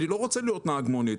אני לא רוצה להיות נהג מונית,